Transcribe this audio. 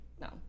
no